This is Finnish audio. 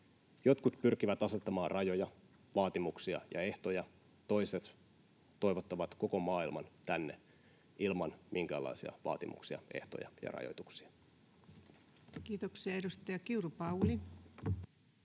Jotkut pyrkivät asettamaan rajoja, vaatimuksia ja ehtoja. Toiset toivottavat koko maailman tänne ilman minkäänlaisia vaatimuksia, ehtoja ja rajoituksia. [Speech 251] Speaker: